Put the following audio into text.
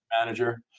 manager